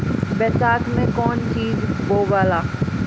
बैसाख मे कौन चीज बोवाला?